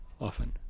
often